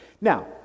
Now